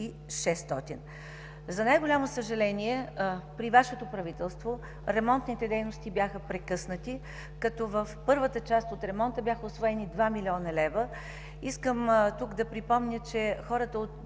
За най-голямо съжаление, при Вашето правителство ремонтните дейности бяха прекъснати, като в първата част от ремонта бяха усвоени 2 млн. лв. Искам тук да припомня, че хората от